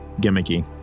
gimmicky